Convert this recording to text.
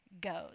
goes